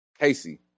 Casey